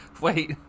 Wait